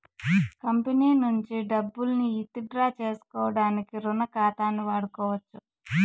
company నుంచి డబ్బుల్ని withdraw సేసుకోడానికి రుణ ఖాతాని వాడుకోవచ్చు